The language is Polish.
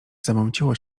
zamąciło